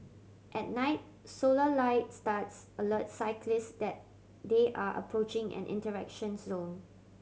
at night solar lights studs alerts cyclist that they are approaching an interaction zone